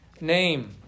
name